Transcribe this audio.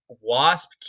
wasp